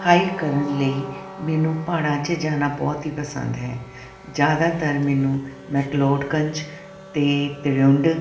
hike ਕਰਨ ਲਈ ਮੈਨੂੰ ਪਹਾੜਾਂ 'ਚ ਜਾਣਾ ਬਹੁਤ ਹੀ ਪਸੰਦ ਹੈ ਜ਼ਿਆਦਾਤਰ ਮੈਨੂੰ ਮੈਕਲੋਡਗੰਜ ਅਤੇ ਤ੍ਰਿਊਂਡ